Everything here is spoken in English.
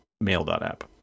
Mail.app